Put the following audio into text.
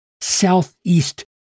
southeast